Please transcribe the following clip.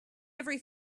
every